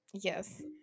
Yes